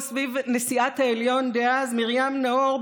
וסביב נשיאת העליון דאז מרים נאור,